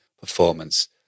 performance